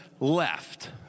left